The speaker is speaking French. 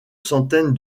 centaine